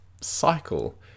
cycle